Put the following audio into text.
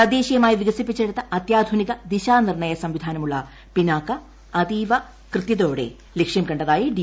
തദ്ദേശീയമായി വികസിപ്പിച്ചെടുത്ത അത്യാധുനിക ദിശാനിർണ്ണയ സംവിധാനമുള്ള പിനാക്ക അതീവ കൃത്യതയോടെ ലക്ഷ്യം കണ്ടതായി ഡി